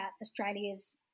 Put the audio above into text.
Australia's